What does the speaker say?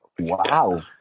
Wow